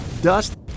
dust